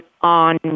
on